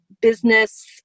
business